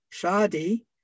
Shadi